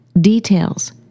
details